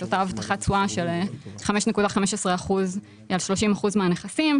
את אותה הבטחת תשואה של 5.15% על 30% מהנכסים.